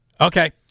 Okay